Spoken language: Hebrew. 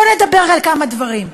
בוא נדבר על כמה דברים.